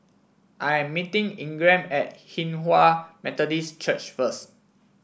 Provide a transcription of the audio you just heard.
I'm meeting Ingram at Hinghwa Methodist Church first